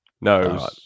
No